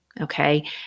okay